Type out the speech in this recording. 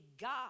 God